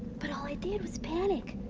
but all i did was panic.